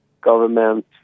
government